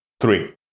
three